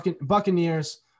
Buccaneers